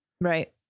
Right